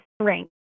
strength